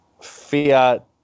Fiat